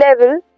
level